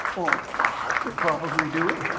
ah could probably do it.